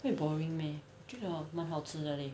会 boring meh 觉得蛮好吃的 leh